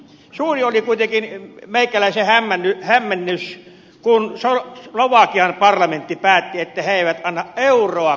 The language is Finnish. suuri oli kuitenkin meikäläisen hämmennys kun slovakian parlamentti päätti että he eivät anna euroakaan kreikalle